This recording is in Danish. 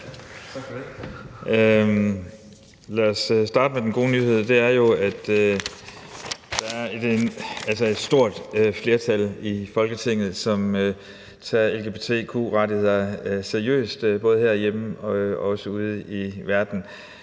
Lad os starte med den gode nyhed, for det er jo, at der er et stort flertal i Folketinget, som tager lgbtq-rettigheder seriøst, både herhjemme og ude i verden.